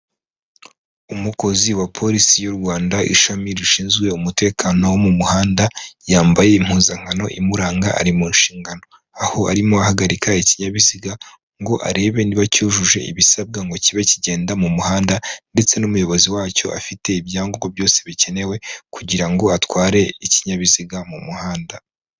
Umukozi wa polisi y'u Rwanda ishami rishinzwe umutekano wo mu muhanda, yambaye impuzankano imuranga ari mu nshingano; aho arimo ahagarika ikinyabiziga ngo arebe niba cyujuje ibisabwa ngo kibe kigenda mu muhanda, ndetse n'umuyobozi wacyo afite ibyangombwa byose bikenewe kugira ngo atware ikinyabiziga mu muhanda.